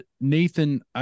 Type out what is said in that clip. Nathan